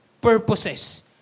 purposes